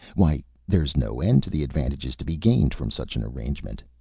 why, there's no end to the advantages to be gained from such an arrangement.